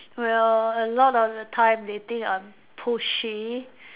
well a lot of the time they think I'm pushy